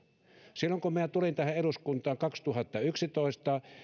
silloin kun minä tulin tänne eduskuntaan kaksituhattayksitoista